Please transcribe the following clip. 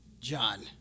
John